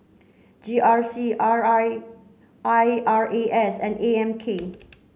G R C R I I R A S and A M K